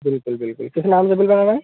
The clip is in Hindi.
बिल्कुल बिल्कुल किस नाम से बिल बनाना है